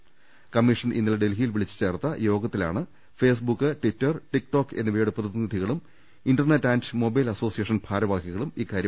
തിരഞ്ഞെടുപ്പ് കമ്മീഷൻ ഇന്നലെ ഡൽഹിയിൽ വിളിച്ചുചേർത്ത യോഗത്തിലാണ് ഫേസ്ബുക്ക് ട്വിറ്റർ ടിക്ടോക് എന്നിവയുടെ പ്രതിനിധികളും ഇന്റർനെറ്റ് ആൻഡ് മൊബൈൽ അസോസിയേഷൻ ഭാരവാഹികളും ഇക്കാരൃം അറിയിച്ചത്